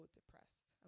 depressed